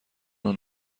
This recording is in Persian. اون